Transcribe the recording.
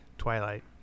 twilight